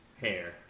Hair